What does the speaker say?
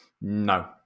no